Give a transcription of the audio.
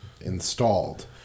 installed